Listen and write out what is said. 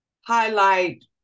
highlight